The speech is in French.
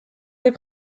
des